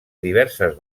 diverses